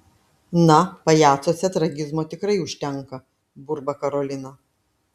na pajacuose tragizmo tikrai užtenka burba karolina